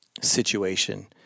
situation